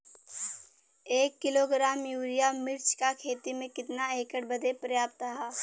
एक kilogram urea मिर्च क खेती में कितना एकड़ बदे पर्याप्त ह?